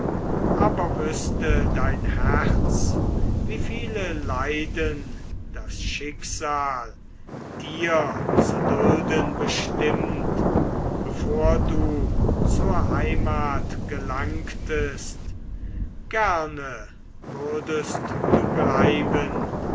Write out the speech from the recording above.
aber wüßte dein herz wie viele leiden das schicksal dir zu dulden bestimmt bevor du zur heimat gelangest gerne würdest du bleiben